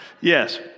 yes